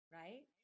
right